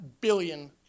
billion